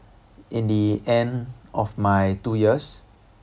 in the end of my two years